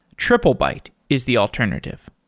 triplebyte is the alternative.